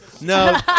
No